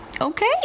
okay